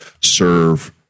serve